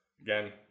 Again